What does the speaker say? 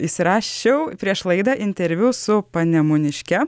įsirašiau prieš laidą interviu su panemuniške